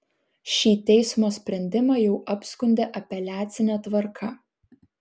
šį teismo sprendimą jau apskundė apeliacine tvarka